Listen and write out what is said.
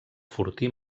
fortí